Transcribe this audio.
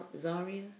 Zaria